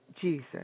Jesus